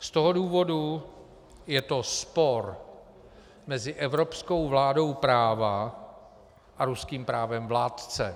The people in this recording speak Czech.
Z toho důvodu je to spor mezi evropskou vládou práva a ruským právem vládce.